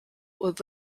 would